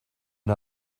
and